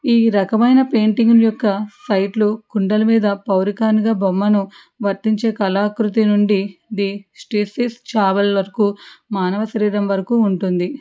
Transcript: ఈ రకమైన పెయింటింగ్ యొక్క సైట్లు కుండల మీద పౌరికానిగా బొమ్మను వర్తించే కళాకృతి నుండి ది స్ట్రెసిస్ చావల్ వరకు మానవ శరీరం వరకు ఉంటుంది